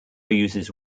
uses